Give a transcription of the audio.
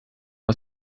aus